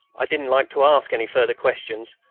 i didn't like to ask any further questions,